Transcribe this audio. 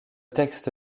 texte